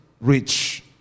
rich